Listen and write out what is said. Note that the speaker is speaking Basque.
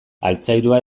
altzairua